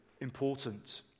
important